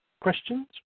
questions